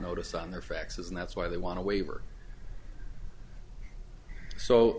notice on their faxes and that's why they want to waiver so